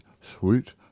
Sweet